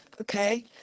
Okay